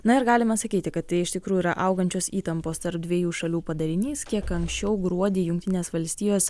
na ir galima sakyti kad tai iš tikrųjų yra augančios įtampos tarp dviejų šalių padarinys tiek anksčiau gruodį jungtinės valstijos